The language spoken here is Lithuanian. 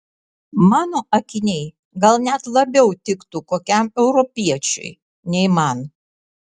mano akiniai gal net labiau tiktų kokiam europiečiui nei man